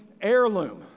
heirloom